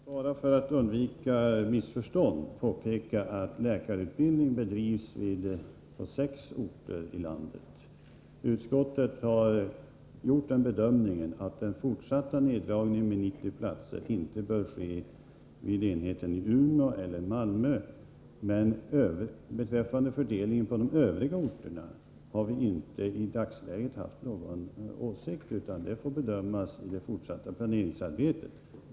Fru talman! För att undvika missförstånd vill jag påpeka att läkarutbildning bedrivs på sex orter i landet. Utskottet har gjort den bedömningen att den fortsatta neddragningen med 90 platser inte bör ske vid enheterna i Umeå och Malmö. Beträffande fördelningen på de övriga orterna har vi i dagsläget inte någon åsikt. Den får bedömas i det fortsatta planeringsarbetet.